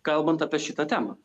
kalbant apie šitą temą